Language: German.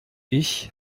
ich